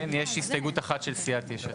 יש הסתייגות אחת של סיעת יש עתיד.